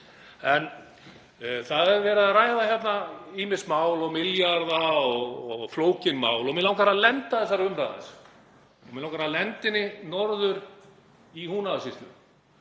En það er verið að ræða ýmis mál og milljarða og flókin mál og mig langar að lenda þessari umræðu, mig langar að lenda henni norður í Húnavatnssýslu.